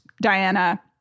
Diana